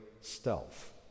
stealth